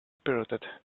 spirited